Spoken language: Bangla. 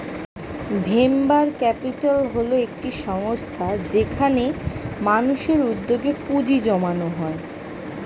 ভেঞ্চার ক্যাপিটাল হল একটি সংস্থা যেখানে মানুষের উদ্যোগে পুঁজি জমানো হয়